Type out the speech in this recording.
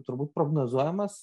turbūt prognozuojamas